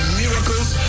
miracles